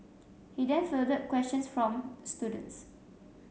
he then fielded questions from students